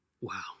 Wow